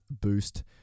Boost